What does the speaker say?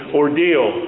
ordeal